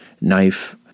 knife